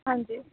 ਹਾਂਜੀ